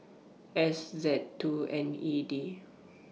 S Z two N E D